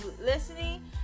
listening